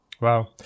Wow